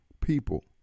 people